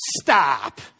Stop